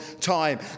time